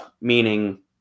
meaning